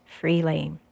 freely